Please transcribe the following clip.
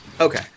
Okay